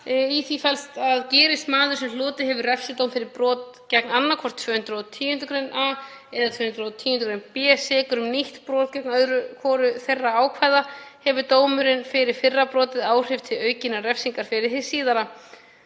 Í því felst að gerist maður sem hlotið hefur refsidóm fyrir brot gegn annaðhvort 210. gr. a eða 210. gr. b sekur um nýtt brot gegn öðru hvoru þeirra ákvæða hefur dómurinn fyrir fyrra brotið áhrif til aukinnar refsingar fyrir hið síðara.